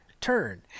turn